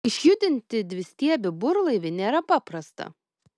išjudinti dvistiebį burlaivį nėra paprasta